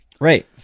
Right